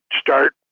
start